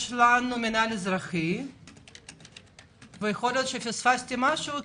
יש מנהל אזרחי ויכול להיות שפספסתי משהו,